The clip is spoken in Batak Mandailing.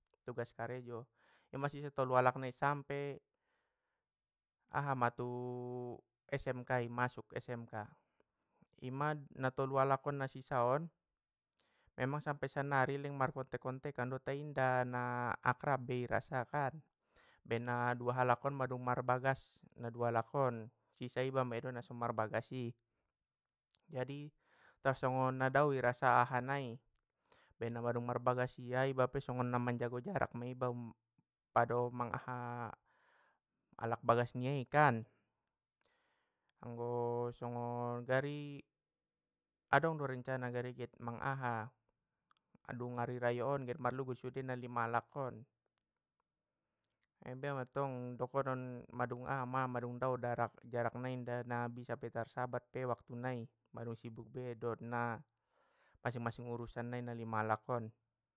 Tugas karejo, ima sisa tolu alak nai sampe, aha ma tu smk i masuk- masuk smk, ima na tolu alak on na sisaon, emang sampe sannari leng markontek kontekan tai inda na akrab be i rasa kan! Pe na dua halak on mandung marbagas na dua halak on, sisa iba na so marbagasi, jadi natar songon dao irasa aha nai, baen namandung marbagasi ia iba pe songon na manjago jarak mei iba um pado mang aha alak bagas niai kan! Anggo songon gari adong do rencana gari get mang aha dung ari rayo on get marlugut sudena na lima halak on, tai bia mantong dokonon mandung ahama mandung dao darak- jarak nai inda na bisa be tarsabat pe waktunai, mandung sibuk be dot na masing masing urusan nai na lima alak on.